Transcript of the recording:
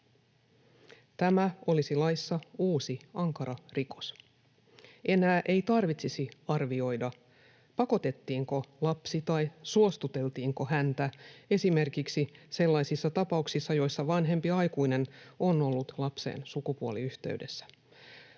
Tämä olisi laissa uusi ankara rikos. Enää ei tarvitsisi arvioida, pakotettiinko lapsi tai suostuteltiinko häntä esimerkiksi sellaisissa tapauksissa, joissa vanhempi aikuinen on ollut lapseen sukupuoliyhteydessä.